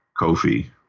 Kofi